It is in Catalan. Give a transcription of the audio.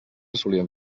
solíem